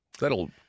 That'll